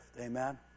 Amen